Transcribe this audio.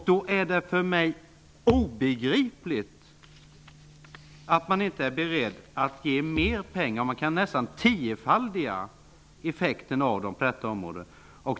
Det är för mig obegripligt att man inte är beredd att ge mer pengar om det går att tiofaldiga effekten av dem på detta område.